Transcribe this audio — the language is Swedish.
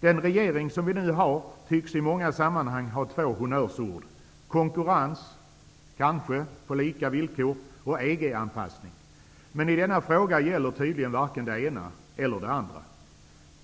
Den regering som vi nu har använder i många sammanhang två honnörsord: konkurrens -- kanske på lika villkor -- och EG-anpassning, men i denna fråga gäller tydligen varken det ena eller det andra.